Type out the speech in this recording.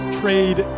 trade